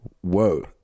whoa